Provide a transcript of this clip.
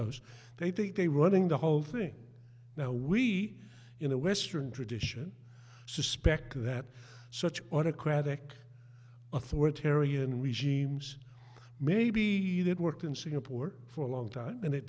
bezos they think they running the whole thing now we in the western tradition suspect that such autocratic authoritarian regimes may be did work in singapore for a long time and it